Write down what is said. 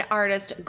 artist